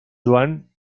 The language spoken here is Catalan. joan